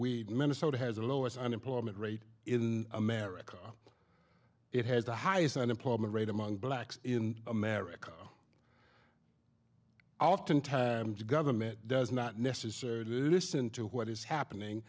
weed minnesota has the lowest unemployment rate in america it has the highest unemployment rate among blacks in america often times the government does not necessarily listen to what is happening